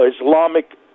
Islamic